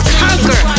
conquer